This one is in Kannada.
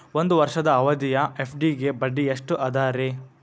ಒಂದ್ ವರ್ಷದ ಅವಧಿಯ ಎಫ್.ಡಿ ಗೆ ಬಡ್ಡಿ ಎಷ್ಟ ಅದ ರೇ?